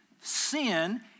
sin